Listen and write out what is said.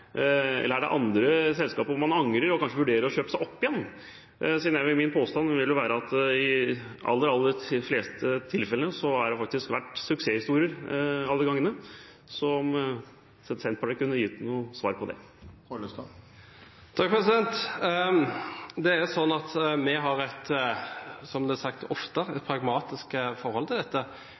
eller er det andre selskaper hvor man angrer og kanskje vurderer å kjøpe seg opp igjen? Min påstand vil være at i de aller fleste tilfellene har det faktisk vært suksesshistorier. Kan Senterpartiets representant gi noe svar på det? Det er sånn, som det ofte er sagt, at vi har et pragmatisk forhold til dette.